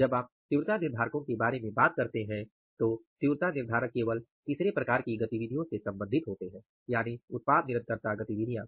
जब आप तीव्रता निर्धारकों के बारे में बात करते हैं तो तीव्रता निर्धारक केवल तीसरे प्रकार की गतिविधियों से संबंधित होते हैं यानि उत्पाद निरंतरता गतिविधियां